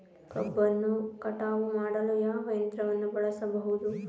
ಕಬ್ಬನ್ನು ಕಟಾವು ಮಾಡಲು ಯಾವ ಯಂತ್ರವನ್ನು ಬಳಸಬಹುದು?